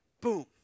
boom